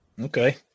Okay